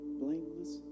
blameless